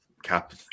cap